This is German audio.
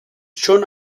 schon